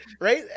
right